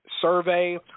survey